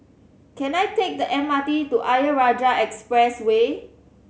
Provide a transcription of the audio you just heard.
can I take the M R T to Ayer Rajah Expressway